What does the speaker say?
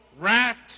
rats